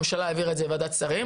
הממשלה העבירה את זה לוועדת שרים,